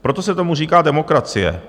Proto se tomu říká demokracie.